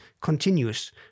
continuous